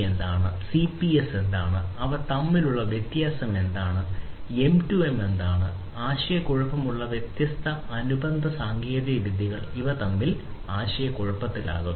എന്താണ് ആശയക്കുഴപ്പമുള്ള വ്യത്യസ്ത അനുബന്ധ സാങ്കേതികവിദ്യകൾ എന്നിവ തമ്മിൽ ആശയക്കുഴപ്പത്തിലാകുന്നു